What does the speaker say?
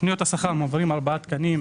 בתוכניות השכר מועברים ארבעה תקנים